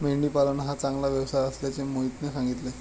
मेंढी पालन हा चांगला व्यवसाय असल्याचे मोहितने सांगितले